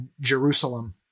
Jerusalem